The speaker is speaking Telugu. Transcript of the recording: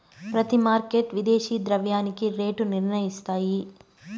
ప్రతి మార్కెట్ విదేశీ ద్రవ్యానికి రేటు నిర్ణయిస్తాయి